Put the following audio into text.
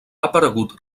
aparegut